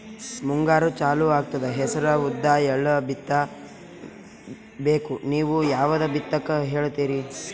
ಮುಂಗಾರು ಚಾಲು ಆಗ್ತದ ಹೆಸರ, ಉದ್ದ, ಎಳ್ಳ ಬಿತ್ತ ಬೇಕು ನೀವು ಯಾವದ ಬಿತ್ತಕ್ ಹೇಳತ್ತೀರಿ?